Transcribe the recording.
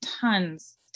tons